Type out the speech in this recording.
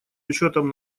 учетом